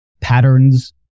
patterns